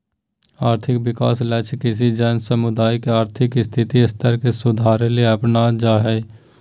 और्थिक विकास लक्ष्य किसी जन समुदाय के और्थिक स्थिति स्तर के सुधारेले अपनाब्ल जा हइ